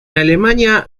alemania